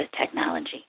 technology